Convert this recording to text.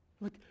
Look